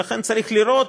לכן, צריך לראות